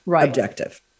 Objective